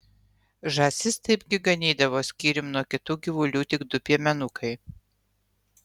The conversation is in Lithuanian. žąsis taipgi ganydavo skyrium nuo kitų gyvulių tik du piemenukai